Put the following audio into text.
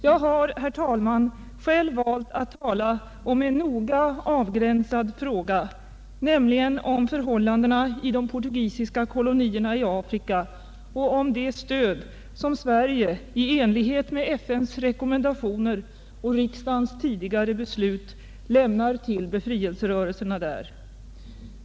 Jag har, herr talman, själv valt att tala om en noga avgränsad, speciell fråga, nämligen förhållandena i de portugisiska kolonierna i Afrika och det stöd som Sverige i enlighet med FN:s rekommendationer och riksdagens tidigare beslut lämnar till befrielserörelserna där.